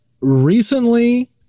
recently